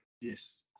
yes